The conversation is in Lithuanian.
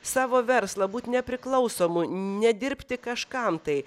savo verslą būt nepriklausomu nedirbti kažkam tai